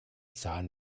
zahn